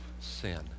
sin